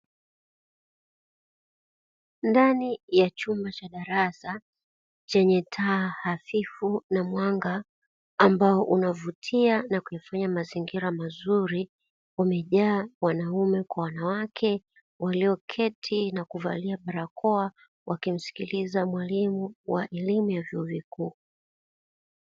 Ndani ya chumba cha darasa chenye taa hafifu na mwanga ambao unavutia na kuifanya mazingira mazuri, wamejaa wanaume kwa wanawake walioketi na kuvalia barakoa wakimsikiliza mwalimu wa elimu ya vyuo vikuu.